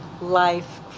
life